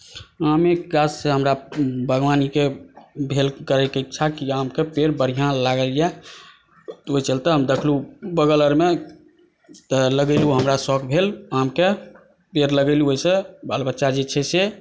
आमेक गाछ से हमरा बागवानीके भेल करै के इच्छा कि आमके पेड़ बढ़िऑं लागैए ओहि चलते हम देखलहुँ बगल आरमे तऽ लगेलहुँ हमरा शौक भेल आमके पेड़ लगेलहुँ ओहिसे बालबच्चा जे छै से